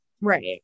right